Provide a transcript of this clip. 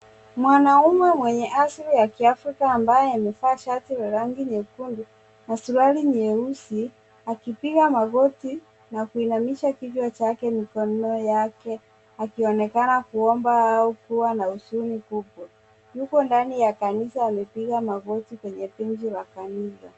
Mwanaume mwenye asili ya ambaye amevaa shati la rangi nyekundu na suruali nyeusi na kuinamisha kichwa yake kwenye mikono yake akionekana kuomba au kuwa na huzuni kubwa. Yuko ndani ya kanisa amepiga magoti kwenye benchi la kanisa.